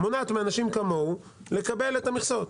מונעת מאנשים כמוהו לקבל את המכסות.